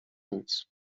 nic